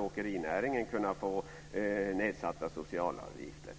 åkerinäringen inte kunna få nedsatta socialavgifter.